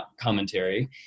commentary